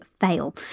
fail